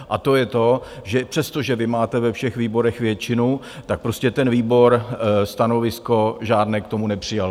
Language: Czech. A to je to, že přestože vy máte ve všech výborech většinu, tak ten výbor stanovisko žádné k tomu nepřijal.